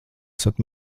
esat